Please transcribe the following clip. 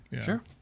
Sure